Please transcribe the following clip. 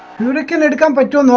likened it kind of like to and